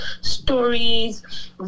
stories